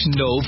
no